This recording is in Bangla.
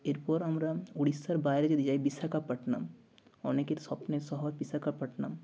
এরপর আমরা উড়িষ্যার বাইরে যদি যাই বিশাখাপত্তনম অনেকের স্বপ্নের শহর বিশাখাপত্তনম